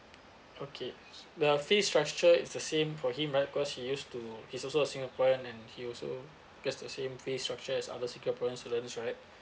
okay the fee's structure is the same for him right cause he used to he's also a singaporean and he also gets the same fee's structure as other singaporean students right